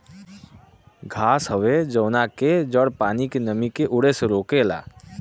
घास हवे जवना के जड़ पानी के नमी के उड़े से रोकेला